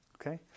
Okay